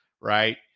right